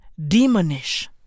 demonish